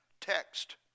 text